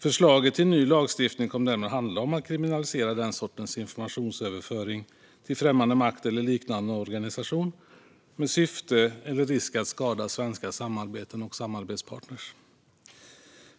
Förslaget till ny lagstiftning kom därmed att handla om att kriminalisera den sortens informationsöverföring till främmande makt eller liknande organisation med syfte eller risk att skada svenska samarbeten och samarbetspartner.